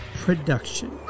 production